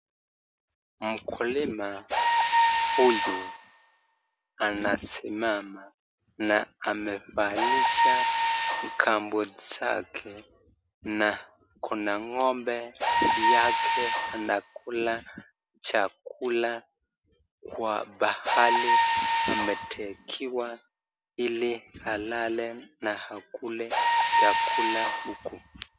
Mkulima huyu anasimama na amevaslisha gumboots zake na kuna ng'ombe yake anakula chakula kwa pahali ametakiwa ili alale na akule chakula huku.